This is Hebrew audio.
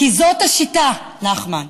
כי זאת השיטה, נחמן,